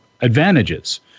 advantages